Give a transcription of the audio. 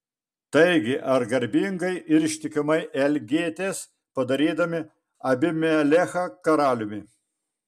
taigi ar garbingai ir ištikimai elgėtės padarydami abimelechą karaliumi